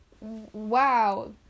Wow